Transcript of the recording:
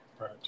Right